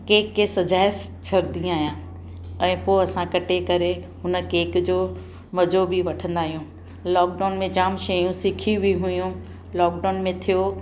cake खे सॼाए छॾींदी आहियां ऐं पोइ असां कटे करे हुन केक जो मज़ो बि वठंदा आहियूं लॉकडाउन में जामु शयूं सिखी बि हुयूं लॉकडाउन में थियो